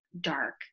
dark